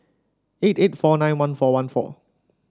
eight eight four nine one four one four